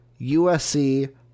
USC